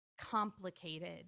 complicated